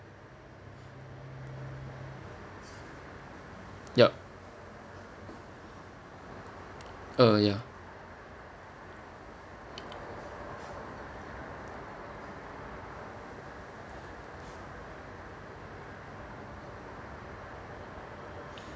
yup uh ya